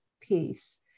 piece